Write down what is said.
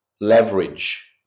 leverage